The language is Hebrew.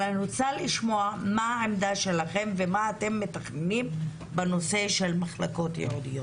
אני רוצה לשמוע מה העמדה שלכם ומה אתם מתכננים לגבי מחלקות ייעודיות.